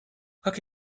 как